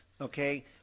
okay